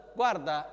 guarda